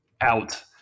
out